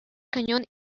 cañón